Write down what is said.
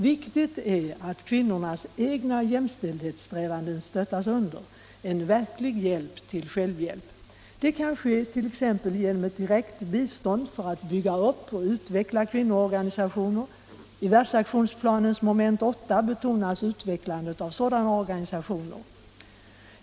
Viktigt är också att kvinnornas egna jämställdhetssträvanden stöttas under — en verklig hjälp till självhjälp. Det kan ske t.ex. genom ett direkt bistånd för att bygga upp och utveckla kvinnoorganisationer. I Världsaktionsplanens mom. 8 betonas utvecklandet av sådana organisationer.